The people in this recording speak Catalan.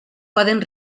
poden